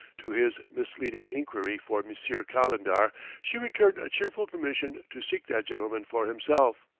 to his misleading inquiry for monsieur calendar she returned a cheerful permission to seek that gentleman for himself.